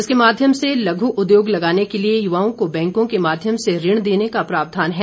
इसके माध्यम से लघु उद्योग लगाने के लिए युवाओं को बैंकों के माध्यम से ऋण देने का प्रावधान है